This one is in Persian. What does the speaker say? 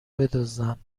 بدزدن